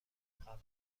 قبلا